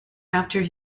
after